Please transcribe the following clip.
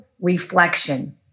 reflection